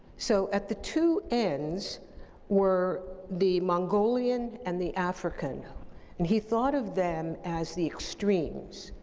so, at the two ends were the mongolian and the african and he thought of them as the extremes.